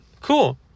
Cool